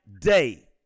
day